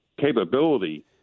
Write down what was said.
capability